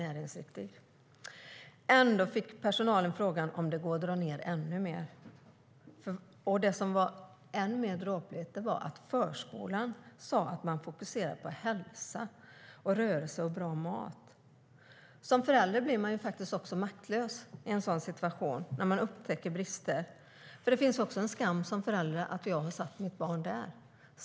Ändå fick personalen frågan om det gick att dra ned ännu mer. Det dråpligaste var att förskolan sade sig fokusera på hälsa, rörelse och bra mat. Som förälder är man maktlös när man upptäcker sådana här brister. Det finns också en skam i att ha satt sitt barn där.